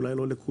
אולי לא לכולו.